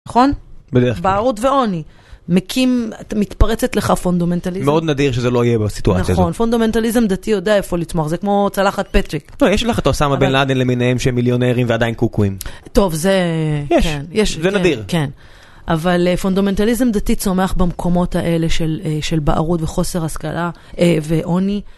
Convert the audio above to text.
נכון? בערות ועוני, מקים מתפרצת לך פונדומנטליזם. מאוד נדיר שזה לא יהיה בסיטואציה הזאת. נכון, פונדומנטליזם דתי יודע איפה לצמוח, זה כמו צלחת פטשיק. יש לך את עוסמה בן לדן למיניהם שהם מיליונרים ועדיין קוקויים. טוב, זה... יש, זה נדיר. אבל פונדומנטליזם דתי צומח במקומות האלה של בערות וחוסר השכלה ועוני.